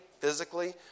physically